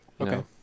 Okay